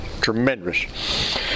Tremendous